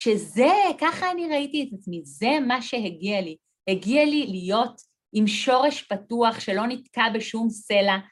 ‫שזה, ככה אני ראיתי את עצמי, ‫זה מה שהגיע לי. ‫הגיע לי להיות עם שורש פתוח ‫שלא נתקע בשום סלע.